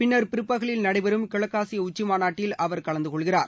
பின்னர் பிற்பகலில் நடைபெறும் கிழக்காசிய உச்சி மாநாட்டில் அவர் கலந்துக்கொள்கிறார்